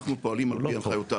אנחנו פועלים על פי הנחיותיו.